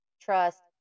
trust